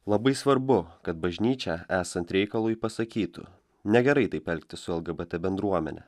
labai svarbu kad bažnyčia esant reikalui pasakytų negerai taip elgtis su lgbt bendruomene